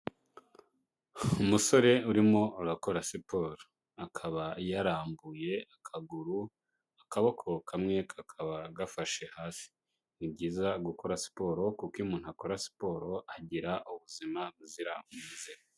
Umusore urimo urakora siporo, akaba yarambuye akaguru akaboko kamwe kakaba gafashe hasi. Ni byiza gukora siporo kuko iyo umuntu akora siporo agira ubuzima buzira umuze.